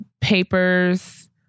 papers